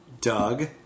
Doug